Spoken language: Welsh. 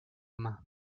yma